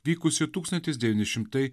vykusį tūkstantis devyni šimtai